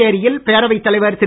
புதுச்சேரியில் பேரவைத் தலைவர் திரு